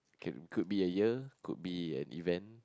can could be a year could be an event